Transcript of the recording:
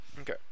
okay